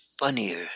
Funnier